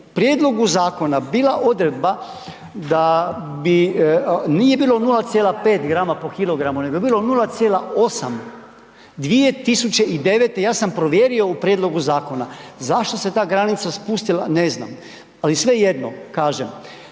prijedlogu zakona bila odredba da bi, nije bilo 0,5 grama po kilogramu, nego je bilo 0,8, 2009., ja sam provjerio u prijedlogu zakona. Zašto se ta granica spustila, ne znam, ali svejedno, kažem.